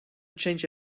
change